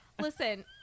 listen